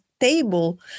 table